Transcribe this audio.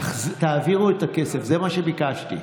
תעבירו את הכסף, זה מה שביקשתי.